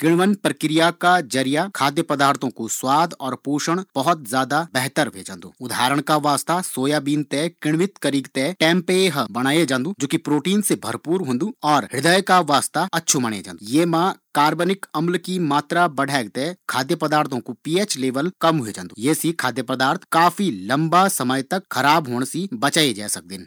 किण्वन प्रक्रिया का जरिया खाद्य पदार्थो कु स्वाद और पोषण बहुत ज्यादा बढ़िया ह्वे जांदू उदाहरण का वास्ता सोयाबीन ते करिन्वित करि के टेम्पह बनाए जे सकदु।